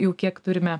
jau kiek turime